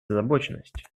озабоченность